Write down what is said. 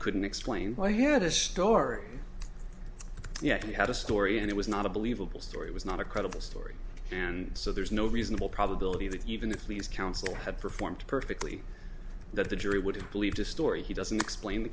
couldn't explain why he had a story yet he had a story and it was not a believable story was not a credible story and so there's no reasonable probability that even if we as counsel had performed perfectly that the jury would have believed his story he doesn't explain the